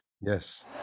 Yes